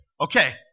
okay